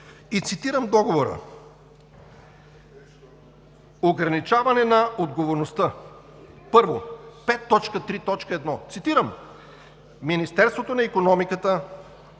Цитирам договора: „Ограничаване на отговорността“. Първо, 5.3.1. цитирам: „Министерството на икономиката…“